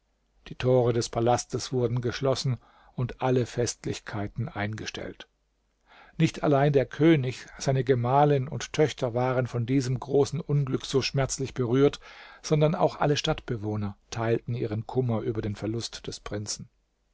die tore des palastes wurden geschlossen und alle festlichkeiten eingestellt nicht allein der könig seine gemahlin und töchter waren von diesem großen unglück so schmerzlich berührt sondern auch alle stadtbewohner teilten ihren kummer über den verlust des prinzen